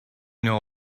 know